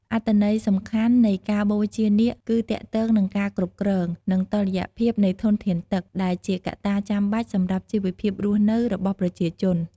អត្ថន័យសំខាន់នៃការបូជានាគគឺទាក់ទងនឹងការគ្រប់គ្រង និងតុល្យភាពនៃធនធានទឹក ដែលជាកត្តាចាំបាច់សម្រាប់ជីវភាពរស់នៅរបស់ប្រជាជន។